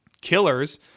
killers